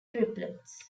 triplets